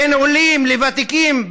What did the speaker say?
בין עולים לוותיקים,